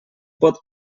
pot